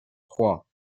trois